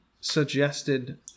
suggested